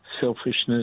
selfishness